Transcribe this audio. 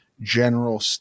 general